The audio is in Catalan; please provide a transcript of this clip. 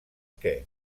què